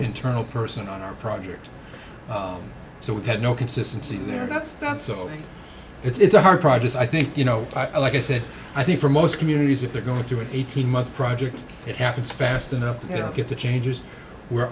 internal person on our project so we've had no consistency there that's not so it's a hard projects i think you know i like i said i think for most communities if they're going through an eighteen month project it happens fast enough to get the changes where